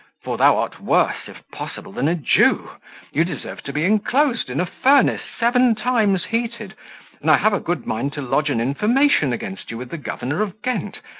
for thou art worse, if possible, than a jew you deserve to be inclosed in a furnace seven times heated and i have a good mind to lodge an information against you with the governor of ghent,